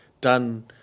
done